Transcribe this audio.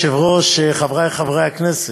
אדוני היושב-ראש, חברי חברי הכנסת,